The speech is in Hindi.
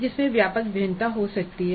जिसमे व्यापक भिन्नता हो सकती है